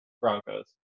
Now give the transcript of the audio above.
Broncos